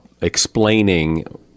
explaining